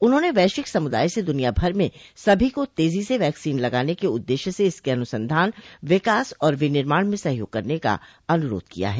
उन्होंने वैश्विक समुदाय से दुनियाभर में सभी को तेजी से वैक्सीन लगाने के उद्देश्य से इसके अनुसंधान विकास और विनिर्माण में सहयोग करने का अनुरोध किया है